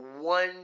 one